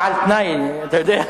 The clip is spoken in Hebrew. חבר הכנסת חסון, אתה על-תנאי, אתה יודע.